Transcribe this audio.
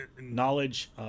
knowledge